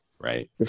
right